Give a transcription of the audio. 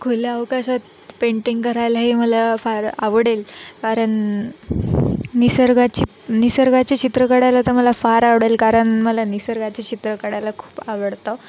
खुल्या अवकाशात पेंटिंग करायलाही मला फार आवडेल कारण निसर्गाची निसर्गाचे चित्रं काढायला तर मला फार आवडेल कारण मला निसर्गाचे चित्र काढायला खूप आवडतं